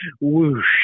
whoosh